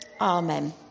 Amen